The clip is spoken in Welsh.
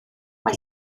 mae